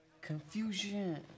Confusion